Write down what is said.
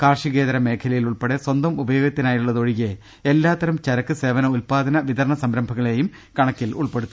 കാർഷി കേതര മേഖലയിലുൾപ്പെടെ സ്വന്തം ഉപയോഗത്തിനായുള്ളതൊഴികെ എല്ലാ ത്തരം ചരക്ക് സേവന ഉത്പാദന വിതരണ സംരംഭങ്ങളെയും കണക്കി ലുൾപ്പെടുത്തും